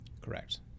Correct